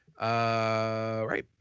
right